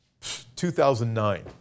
2009